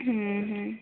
ହୁଁ ହୁଁ